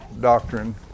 doctrine